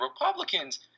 Republicans